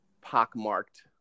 pockmarked